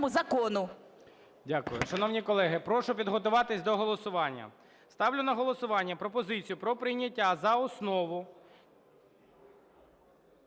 Дякую. Шановні колеги, прошу підготуватися до голосування. Ставлю на голосування пропозицію про прийняття за основу